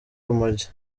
urumogi